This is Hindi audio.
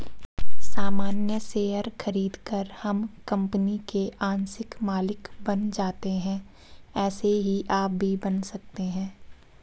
सामान्य शेयर खरीदकर हम कंपनी के आंशिक मालिक बन जाते है ऐसे ही आप भी बन सकते है